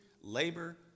labor